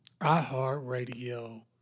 iHeartRadio